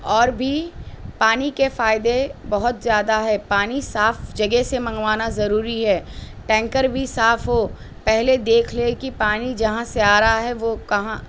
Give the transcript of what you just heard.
اور بھی پانی کے فائدے بہت زیادہ ہے پانی صاف جگہ سے منگوانا ضروری ہے ٹینکر بھی صاف ہو پہلے دیکھ لے کہ پانی جہاں سے آ رہا ہے وہ کہاں